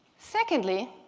secondly,